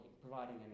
providing